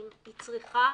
ברור.